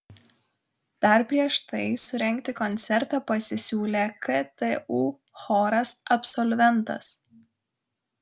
dar prieš tai surengti koncertą pasisiūlė ktu choras absolventas